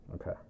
Okay